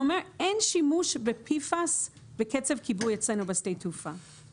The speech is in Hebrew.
הוא אומר שאין שימוש ב-PFAS בקצף כיבוי בשדה התעופה אצלם.